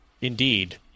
indeed